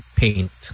paint